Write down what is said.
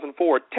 2004